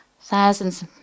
thousands